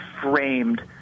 framed